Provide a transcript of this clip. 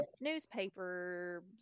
newspapers